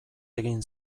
egin